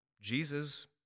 Jesus